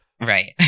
Right